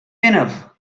enough